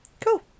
cool